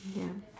ya